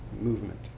movement